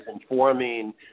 informing